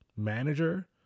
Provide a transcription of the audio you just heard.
manager